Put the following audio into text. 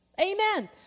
Amen